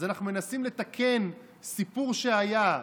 אז אנחנו מנסים לתקן סיפור שהיה,